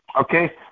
okay